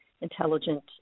intelligent